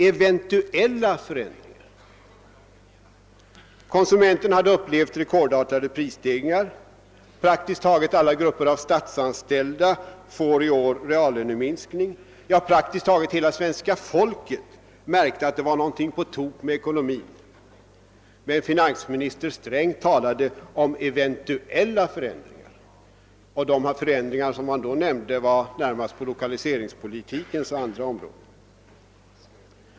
| »Eventuella förändringar« — konsumenterna hade upplevt rekordartade prisstegringar. Praktiskt taget alla grupper av statsanställda får i år reallöneminskning, ja, praktiskt taget hela det svenska folket märkte att det var någonting på tok med ekonomin. Men finansminister Sträng talade om >eventuella förändringar», och de förändringar han då nämnde gällde närmast lokaliseringspolitiken och andra områden.